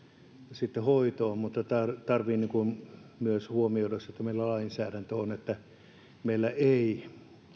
sitten hoitoon mutta tarvitsee myös huomioida se että meillä on lainsäädäntö meillä ei